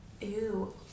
Ew